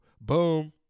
boom